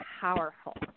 powerful